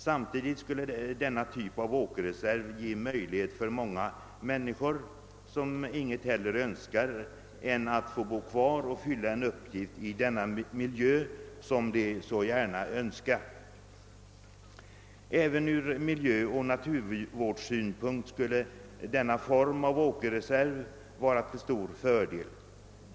Samtidigt «skulle denna typ av åkerreserv ge möjlighet för många människor att stanna kvar i sin gamla miljö och där fylla en uppgift. Ofta önskar de ingenting hellre. Även ur miljöoch naturvårdssynpunkt skulle som sagt denna form av åkerreserv vara till stor fördel.